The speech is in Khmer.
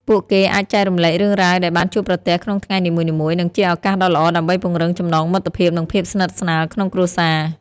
ពួកគេអាចចែករំលែករឿងរ៉ាវដែលបានជួបប្រទះក្នុងថ្ងៃនីមួយៗ និងជាឱកាសដ៏ល្អដើម្បីពង្រឹងចំណងមិត្តភាព និងភាពស្និទ្ធស្នាលក្នុងគ្រួសារ។